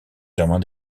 germain